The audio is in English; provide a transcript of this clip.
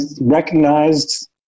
recognized